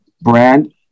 brand